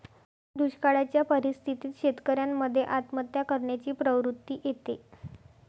दुष्काळयाच्या परिस्थितीत शेतकऱ्यान मध्ये आत्महत्या करण्याची प्रवृत्ति येते